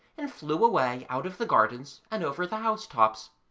and flew away out of the gardens and over the housetops.